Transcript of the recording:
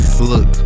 look